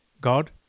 God